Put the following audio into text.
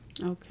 Okay